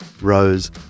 rose